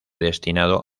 destinado